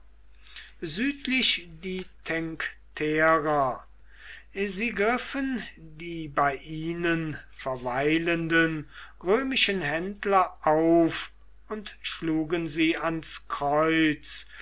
südlich die tencterer sie griffen die bei ihnen verweilenden römischen händler auf und schlugen sie ans kreuz